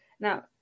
Now